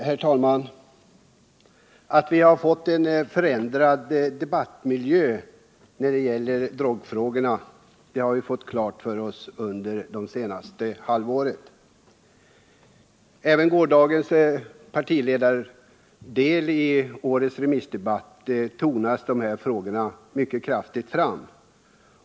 Herr talman! Att vi har fått en förändrad debattmiljö när det gäller drogfrågorna har vi fått klart för oss under det senaste halvåret. Även i gårdagens partiledardel av höstens allmänpolitiska debatt tonade de här frågorna fram mycket kraftigt.